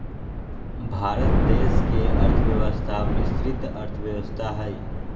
भारत देश के अर्थव्यवस्था मिश्रित अर्थव्यवस्था हइ